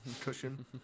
Cushion